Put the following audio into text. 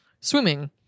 swimming